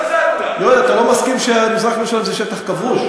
יואל, אתה לא מסכים שמזרח-ירושלים זה שטח כבוש?